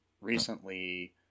recently